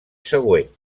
següent